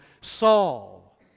Saul